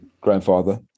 grandfather